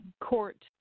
court